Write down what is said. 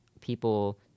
people